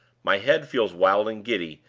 my head feels wild and giddy,